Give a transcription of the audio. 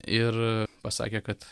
ir pasakė kad